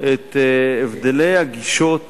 את הבדלי הגישות